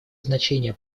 значение